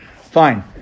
fine